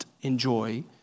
enjoy